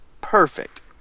Perfect